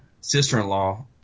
sister-in-law